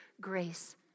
grace